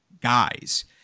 guys